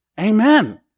Amen